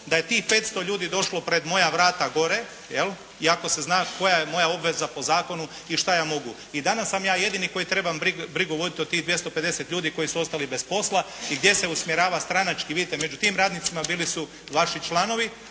da je tih 500 ljudi došlo pred moja vrata gore jel', iako se zna koja je moja obveza po zakonu i šta ja mogu. I danas sam ja jedini koji trebam brigu voditi o tih 250 ljudi koji su ostali bez posla i gdje se usmjerava stranački, vidite među tim radnicima bili su vaši članovi,